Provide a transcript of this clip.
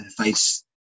face